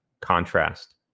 contrast